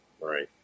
Right